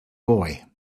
boy